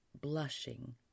blushing